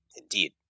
Indeed